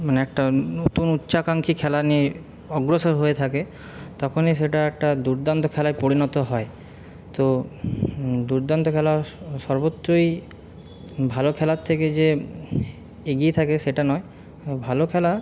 মানে একটা নতুন উচ্চাকাঙ্খী খেলা নিয়ে অগ্রসর হয়ে থাকে তখনই সেটা একটা দুর্দান্ত খেলায় পরিণত হয় তো দুর্দান্ত খেলা সর্বত্রই ভালো খেলার থেকে যে এগিয়ে থাকে সেটা নয় ভালো খেলা